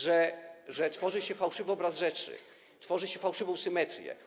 że tworzy się fałszywy obraz rzeczy, tworzy się fałszywą symetrię.